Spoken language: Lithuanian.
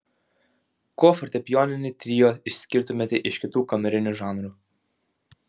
kuo fortepijoninį trio išskirtumėte iš kitų kamerinių žanrų